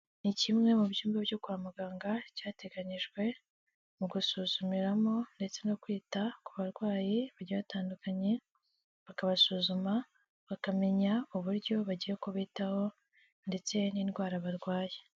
Ni kimwe mu byumba byo kwa muganga cyateganyijwe mu gusuzumiramo ndetse no kwita ku barwayi bagiye batandukanye bakabasuzuma bakamenya uburyo bagiye kubitaho ndetse n'indwara barwaye.